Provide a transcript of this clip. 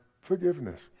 forgiveness